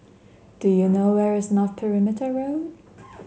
do you know where is North Perimeter Road